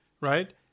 right